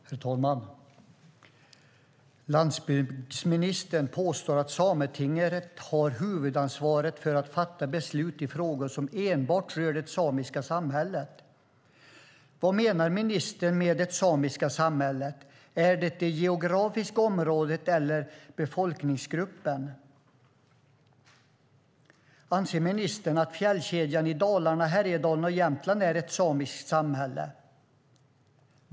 Herr talman! Landsbygdsministern påstår att Sametinget har huvudansvaret för att fatta beslut i frågor som enbart rör det samiska samhället. Vad menar ministern med det samiska samhället? Är det det geografiska området eller befolkningsgruppen? Anser ministern att fjällkedjan i Dalarna, Härjedalen och Jämtland är ett samiskt samhälle?